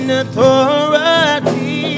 authority